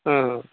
ಹಾಂ